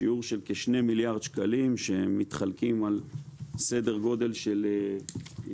שיעור של כ-2 מיליארד שקלים שמתחלקים על סדר גודל של כ-1.5